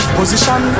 Position